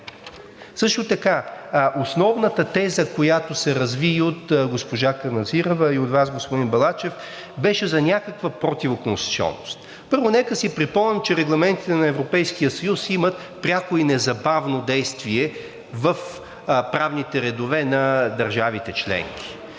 Също така основната теза, която се разви и от госпожа Каназирева, и от Вас, господин Балачев, беше за някаква противоконституционност. Първо, нека си припомним, че регламентите на Европейския съюз имат пряко и незабавно действие в правните редове на държавите членки.